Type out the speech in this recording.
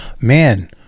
Man